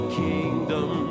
kingdom